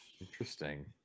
interesting